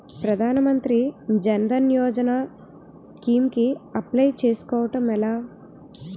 ప్రధాన మంత్రి జన్ ధన్ యోజన స్కీమ్స్ కి అప్లయ్ చేసుకోవడం ఎలా?